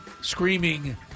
Screaming